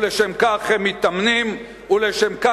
ולשם כך הם מתאמנים, בשביל זה אתה פה.